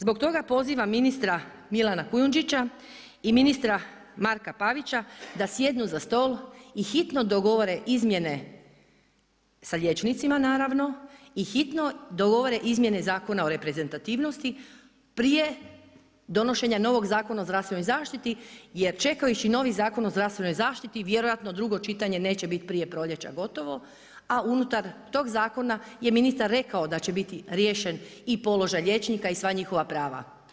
Zbog toga pozivam ministra Milana Kujundžića i ministra Marka Pavića da sjednu za stol i hitno dogovore izmjene sa liječnicima naravno, i hitno dogovore izmjene Zakona o reprezentativnosti prije donošenja novog Zakona o zdravstvenoj zaštiti jer čekajući novi Zakon o zdravstvenoj zaštiti vjerojatno drugo čitanje neće biti prije proljeća gotovo, a unutar tog zakona je ministar rekao da će biti riješen i položaj liječnika i sva njihova prava.